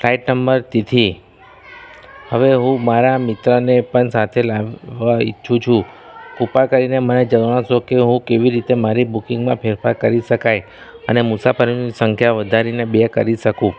flight number તિથી હવે હું મારા મિત્રને પણ સાથે લાવવા ઇચ્છું છું કૃપા કરીને મને જણાવશો કે હું કેવી રીતે મારી બુકિંગમાં ફેરફાર કરી શકાય અને મુસાફરીની સંખ્યા વધારીને બે કરી શકું